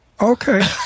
Okay